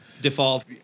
Default